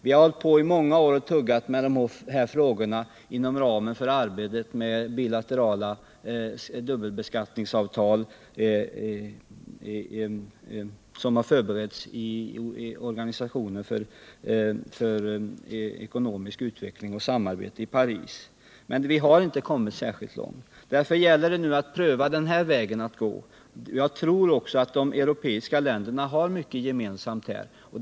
Vi har hållit på i många år och tuggat med de här frågorna inom ramen för arbetet med bilaterala dubbelbeskattningsavtal som har förberetts i organisationen för ekonomisk utveckling och samarbete i Paris, men vi har inte kommit särskilt långt. Därför gäller det nu att pröva den väg utskottet anvisar. Jag tror att de europeiska länderna har mycket gemensamt på det här området.